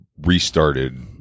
restarted